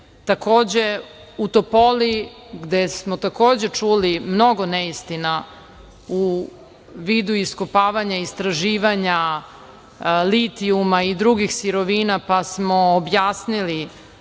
u Topoli gde smo takođe čuli mnogo neistina u vidu iskopavanja istraživanja litijuma i drugih sirovina, pa smo objasnili